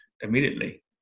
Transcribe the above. immediately